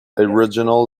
original